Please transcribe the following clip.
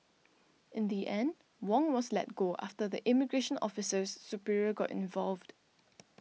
in the end Wong was let go after the immigration officer's superior got involved